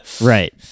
Right